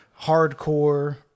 hardcore